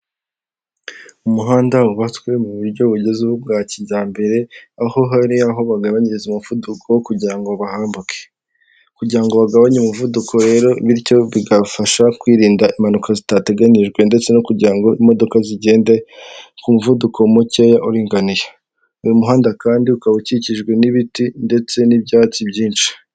Iyi ni inzu y'ubwishingizi ahangaha uraza bakaguheza ubwishingizi. Ugashinganisha ibikorwa byawe, ugashinganisha amazu yawe, ugashinganisha umuryango wawe n'abana bawe.